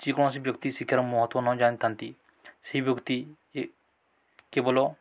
ଯେକୌଣସି ବ୍ୟକ୍ତି ଶିକ୍ଷାର ମହତ୍ତ୍ୱ ନ ଜାଣିଥାନ୍ତି ସେଇ ବ୍ୟକ୍ତି କେବଳ